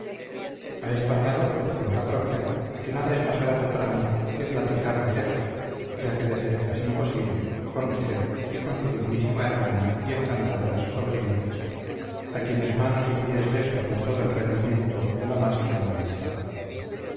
esto añado por cuenta propia que nada es más grato para mí que platicar de lejos ya que de cerca es imposible con usted y con su dignísima hermana y encantadoras sobrinitas a quienes manos y pies beso con todo el rendimiento de las más leal amistad